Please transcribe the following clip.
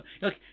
Look